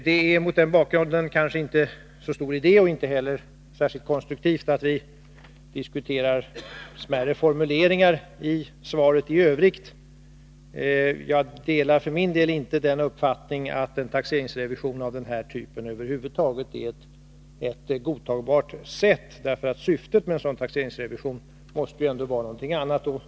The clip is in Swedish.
Det är mot den bakgrunden kanske inte så stor idé och inte heller särskilt konstruktivt att vi diskuterar vissa formuleringar i svaret i övrigt. Jag delar för min del inte den uppfattningen att en taxeringsrevision av den här typen över huvud taget är ett godtagbart sätt att få fram uppgifter om ränteinkomster m.m., därför att syftet med en sådan taxeringsrevision måste ju vara något annat.